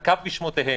נקב בשמותיהם.